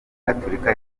gaturika